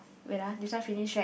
wait ah this one finish right